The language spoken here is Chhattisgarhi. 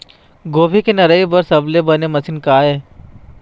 गोभी के निराई बर सबले बने मशीन का ये?